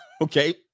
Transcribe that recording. okay